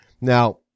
Now